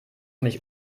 mich